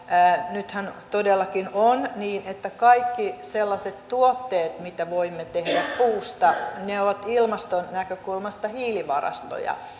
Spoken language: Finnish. nythän todellakin on niin että kaikki sellaiset tuotteet mitä voimme tehdä puusta ovat ilmaston näkökulmasta hiilivarastoja